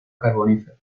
carbonífero